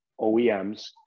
OEMs